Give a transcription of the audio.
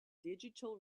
digital